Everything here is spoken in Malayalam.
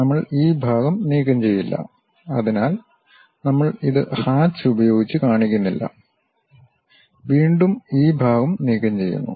നമ്മൾ ഈ ഭാഗം നീക്കംചെയ്തില്ല അതിനാൽ നമ്മൾ ഇത് ഹാച്ച് ഉപയോഗിച്ച് കാണിക്കുന്നില്ല വീണ്ടും ഈ ഭാഗം നീക്കംചെയ്യുന്നു